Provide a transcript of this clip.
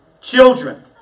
Children